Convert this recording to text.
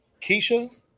Keisha